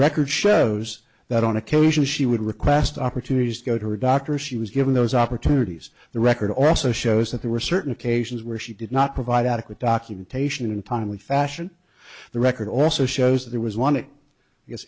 record shows that on occasion she would request opportunities to go to her doctor she was given those opportunities the record also shows that there were certain occasions where she did not provide adequate documentation and timely fashion the record also shows there was one